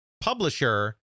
publisher